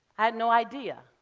had no idea.